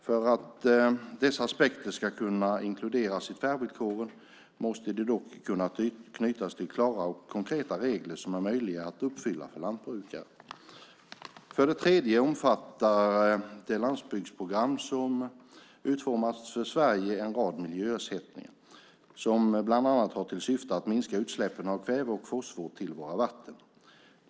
För att dessa aspekter ska kunna inkluderas i tvärvillkoren måste de dock kunna knytas till klara och konkreta regler som är möjliga att uppfylla för lantbrukaren. För det tredje omfattar det landsbygdsprogram som utformats för Sverige en rad miljöersättningar som bland annat har till syfte att minska utsläppen av kväve och fosfor till våra vatten.